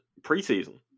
preseason